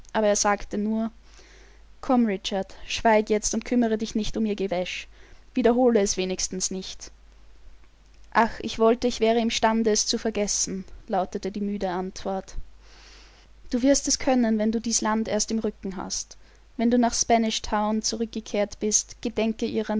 aber er sagte nur komm richard schweig jetzt und kümmere dich nicht um ihr gewäsch wiederhole es wenigstens nicht ach ich wollte ich wäre imstande es zu vergessen lautete die müde antwort du wirst es können wenn du dies land erst im rücken hast wenn du nach spanish town zurückgekehrt bist gedenke